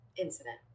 incident